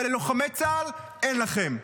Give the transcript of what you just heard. אבל ללוחמי צה"ל, אין לכם.